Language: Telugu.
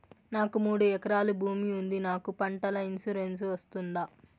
నాకు మూడు ఎకరాలు భూమి ఉంది నాకు పంటల ఇన్సూరెన్సు వస్తుందా?